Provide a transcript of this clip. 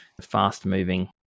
fast-moving